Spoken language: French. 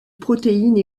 protéines